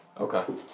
Okay